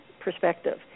perspective